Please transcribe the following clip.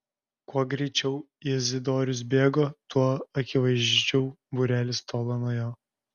kuo greičiau izidorius bėgo tuo akivaizdžiau būrelis tolo nuo jo